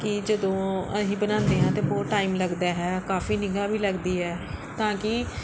ਕਿ ਜਦੋਂ ਅਸੀਂ ਬਣਾਉਂਦੇ ਹਾਂ ਅਤੇ ਬਹੁਤ ਟਾਈਮ ਲੱਗਦਾ ਹੈ ਕਾਫੀ ਨਿਗਾਹ ਵੀ ਲੱਗਦੀ ਹੈ ਤਾਂ ਕਿ